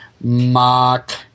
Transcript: Mock